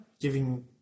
giving